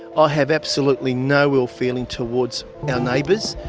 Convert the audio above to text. ah have absolutely no ill feeling towards our neighbours.